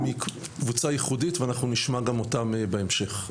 קבוצה ייחודית, ואנחנו נשמע גם אותם בהמשך.